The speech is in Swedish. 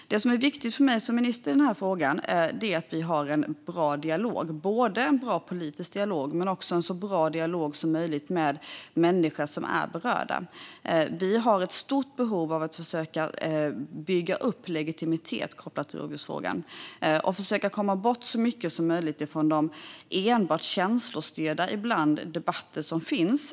Det som är viktigt för mig som minister i den här frågan är att vi har en bra dialog. Det gäller både en bra politisk dialog men också en så bra dialog som möjligt med människor som är berörda. Vi har ett stort behov av att försöka bygga upp legitimitet kopplat till rovdjursfrågan. Det gäller att komma bort så mycket som möjligt från de ibland enbart känslostyrda debatter som finns.